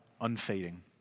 unfading